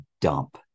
dump